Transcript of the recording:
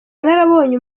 narabonye